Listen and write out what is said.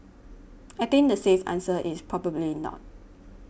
I think the safe answer is probably not